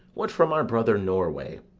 what from our brother norway?